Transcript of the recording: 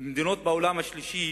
שמדינות בעולם השלישי